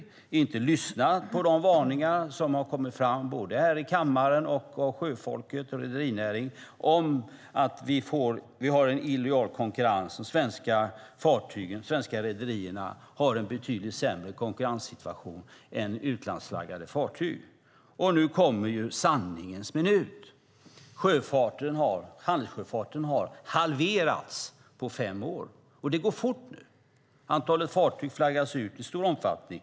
Man har inte lyssnat till de varningar om illojal konkurrens som kommit fram både här i kammaren och från sjöfolket och rederinäringen. Svenska rederiers fartyg har en betydligt sämre konkurrenssituation än utlandsflaggade fartyg. Nu kommer sanningens minut. Handelssjöfarten har halverats på fem år, och det går fort nu. Fartyg flaggas ut i stor omfattning.